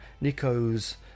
Nico's